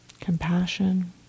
compassion